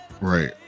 right